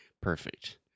Perfect